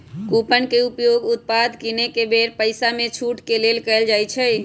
coupon के उपयोग उत्पाद किनेके बेर पइसामे छूट के लेल कएल जाइ छइ